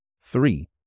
Three